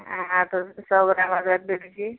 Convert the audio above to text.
हाँ तो सौ ग्रॅम अदरक दे दीजिए